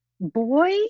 boy